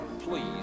please